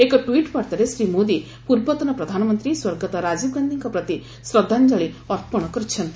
ଏକ ଟ୍ୱିଟ୍ ବାର୍ତ୍ତାରେ ଶ୍ରୀ ମୋଦି ପୂର୍ବତନ ପ୍ରଧାନମନ୍ତ୍ରୀ ସ୍ୱର୍ଗତ ରାଜୀବଗାନ୍ଧୀଙ୍କ ପ୍ରତି ଶ୍ରଦ୍ଧାଞ୍ଜଳି ଅର୍ପଣ କରିଛନ୍ତି